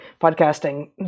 podcasting